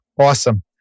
Awesome